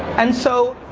and so.